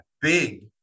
big